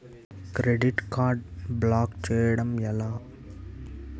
Credit card block చేయడం ఎలా?